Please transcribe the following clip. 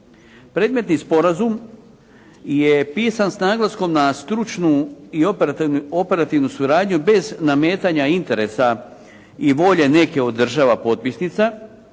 Predmetni sporazum je pisan s naglaskom na stručnu i operativnu suradnju bez nametanja interesa i volje neke od država potpisnica,